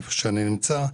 היכן שאני נמצא.